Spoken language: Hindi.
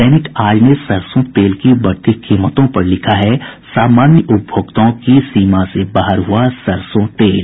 दैनिक आज ने सरसों तेल की बढ़ती कीमतों पर लिखा है सामान्य उपभोक्ताओं की सीमा से बाहर हुआ सरसों तेल